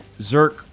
Zerk